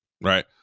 right